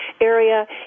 area